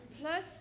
Plus